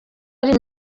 ari